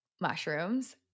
mushrooms